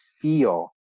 feel